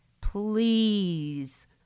Please